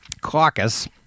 caucus